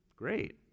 great